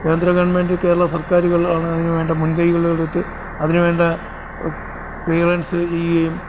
കേന്ദ്ര ഗവൺമെൻറ്റ് കേരളാ സർക്കാര്കളാണ് അതിന് വേണ്ട മുൻകൈകൾ എടുത്ത് അതിന് വേണ്ട ക്ലിയറൻസ് ചെയ്യുകയും